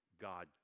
God